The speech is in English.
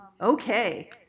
Okay